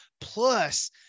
Plus